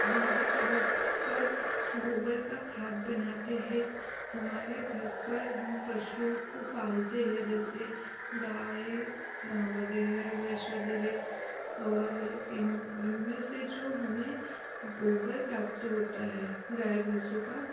हमारे घर पर गोबर का खाद बनाते हैं हमारे घर पर हम पशुओं को पालते हैं जैसे गाय वगैरह भैंस वगैरह और इन इन में से जो हमें गोबर प्राप्त होता है गाय भैंसों का